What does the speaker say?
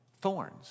thorns